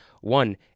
One